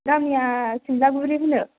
गामिया सिमलागुरि होनो